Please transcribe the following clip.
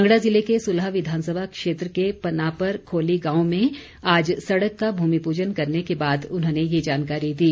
कांगड़ा जिले के सुलह विधानसभा क्षेत्र के पनापर खोली गांव में आज सड़क का भूमि पूजन करने के बाद उन्होंने ये जानकारी दी